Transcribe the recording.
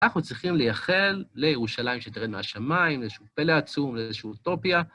אנחנו צריכים לייחל לירושלים שתרד מהשמיים, לאיזשהו פלא עצום, לאיזשהו אוטופיה.